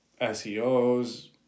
seos